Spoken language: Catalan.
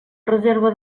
reserva